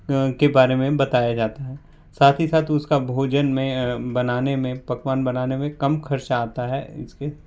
के बारे में बताया जाता है साथ ही साथ उसका भोजन में बनाने में पकवान बनाने में कम खर्चा आता है इसके